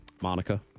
Monica